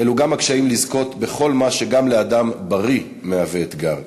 אלו גם הקשיים לזכות בכל מה שגם לאדם בריא מהווה אתגר,